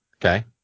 okay